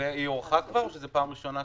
והיא הוארכה כבר או שזו פעם ראשונה?